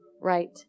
right